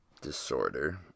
disorder